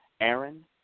Aaron